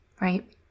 right